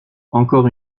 encore